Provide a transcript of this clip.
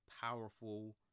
powerful